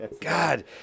God